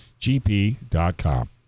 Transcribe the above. GP.com